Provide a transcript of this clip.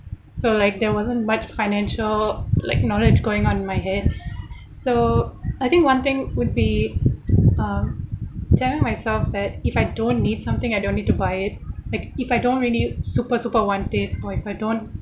so like there wasn't much financial like knowledge going on in my hand so I think one thing would be uh telling myself that if I don't need something I don't need to buy it like if I don't really super super want it or if I don't